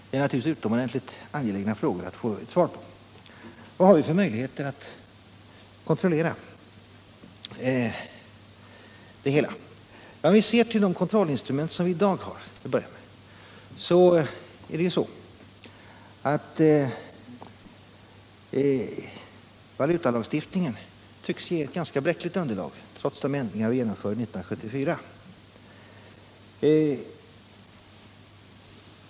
Det är naturligtvis utomordentligt angeläget att få svar på dessa frågor. Vad har vi för möjligheter att kontrollera det hela? Om vi till att börja med ser till de kontrollinstrument som vi i dag har, så tycks valutalagstiftningen ge ganska bräckligt underlag, trots de ändringar vi genomförde 1974.